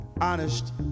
Honest